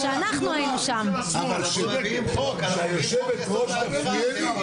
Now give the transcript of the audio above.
אבל שהיושבת-ראש תפריע לי?